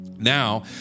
Now